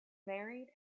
married